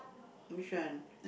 which one